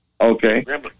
Okay